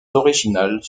originales